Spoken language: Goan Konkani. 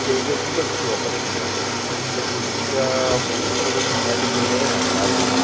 तेजें उदक पिवप आसलें ते तुळशीच्या भितूर थोडे आमी जिरें घालताले